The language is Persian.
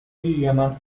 یمن